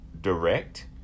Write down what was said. direct